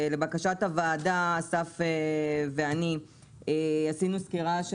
לבקשת הוועדה אסף ואני עשינו סקירה של